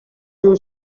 you